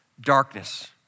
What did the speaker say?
darkness